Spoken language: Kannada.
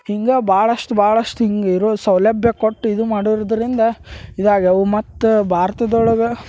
ಹಿಂಗೆ ಭಾಳಷ್ಟು ಭಾಳಷ್ಟು ಹಿಂಗೆ ಇರೋ ಸೌಲಭ್ಯ ಕೊಟ್ಟು ಇದು ಮಾಡುರ್ದ್ರಿಂದ ಇದಾಗ್ಯಾವು ಮತ್ತು ಭಾರತದೊಳಗ